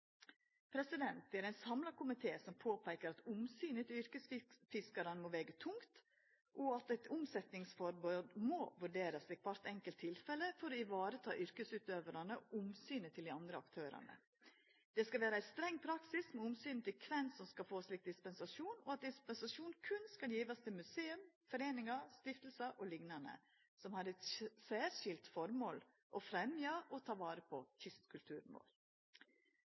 ein samla komité som påpeikar at omsynet til yrkesfiskarane må vega tungt, og at eit omsetningsforbod må vurderast i kvart enkelt tilfelle, for å vareta yrkesutøvarane og omsynet til dei andre aktørane. Det skal vera ein streng praksis med omsyn til kven som skal få slik dispensasjon. Dispensasjon skal berre gjevast til museum, foreiningar, stiftelsar o.l. som har som særskilt formål å fremja og ta vare på